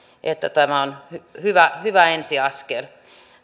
että tämä on hyvä hyvä ensi askel